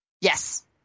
Yes